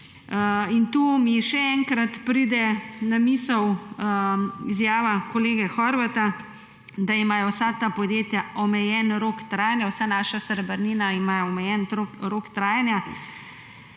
In to mi še enkrat pride na misel izjava kolege Horvata, da imajo vsa ta podjetja omejen rok trajanja, vsa naša srebrnina ima omejen rok trajanja.